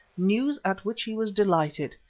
news at which he was delighted.